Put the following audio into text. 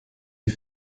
die